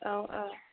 औ औ